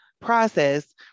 process